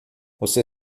você